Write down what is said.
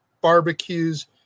barbecues